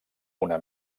una